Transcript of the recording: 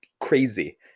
crazy